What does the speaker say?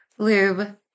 lube